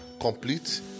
complete